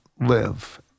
live